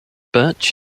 birch